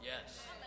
Yes